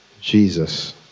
Jesus